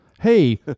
Hey